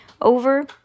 Over